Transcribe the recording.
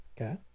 Okay